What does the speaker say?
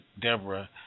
Deborah